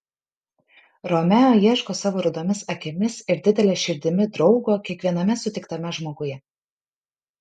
romeo ieško savo rudomis akimis ir didele širdimi draugo kiekviename sutiktame žmoguje